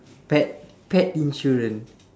pet pet insurance